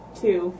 two